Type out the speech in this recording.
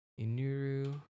Inuru